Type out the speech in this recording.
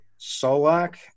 Solak